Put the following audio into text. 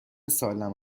سالم